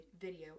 video